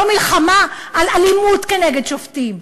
לא מלחמה על אלימות כנגד שופטים,